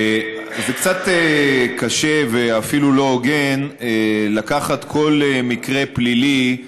זה קצת קשה ואפילו לא הוגן לקחת כל מקרה פלילי,